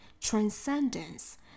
Transcendence